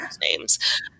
names